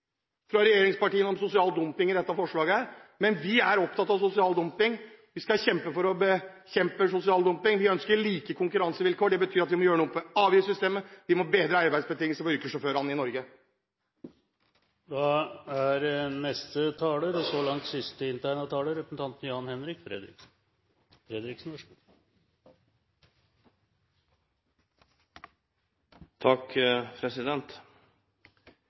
fra regjeringspartiene om sosial dumping i dette forslaget. Men vi er opptatt av sosial dumping. Vi skal kjempe for å bekjempe sosial dumping. Vi ønsker like konkurransevilkår. Det betyr at vi må gjøre noe med avgiftssystemet, og vi må bedre arbeidsbetingelsene for yrkessjåførene i Norge. Hvis en annen representant hadde sagt at denne debatten var både subtil og platt, ville jeg hatt vanskelig for å si meg uenig i det.